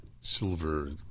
silver